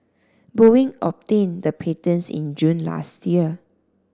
boeing obtained the patents in June last year